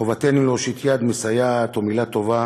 חובתנו להושיט יד מסייעת או מילה טובה